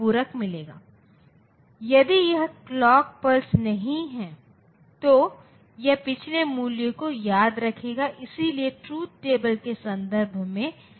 तो आगे हम इस परिचय व्याख्यान के एक अन्य भाग में जाएंगे जो मूल डिजिटल डिज़ाइन के बारे में है